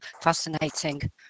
fascinating